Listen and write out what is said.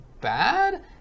bad